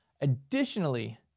Additionally